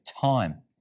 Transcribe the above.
time